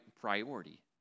priority